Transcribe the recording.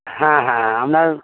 হ্যাঁ হ্যাঁ আপনার